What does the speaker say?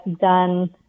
done